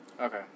okay